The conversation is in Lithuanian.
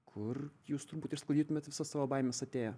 kur jūs turbūt išsklaidytumėt visas savo baimes atėję